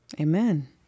Amen